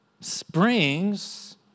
springs